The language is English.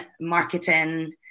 marketing